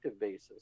basis